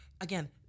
again